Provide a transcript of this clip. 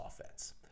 offense